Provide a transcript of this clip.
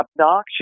obnoxious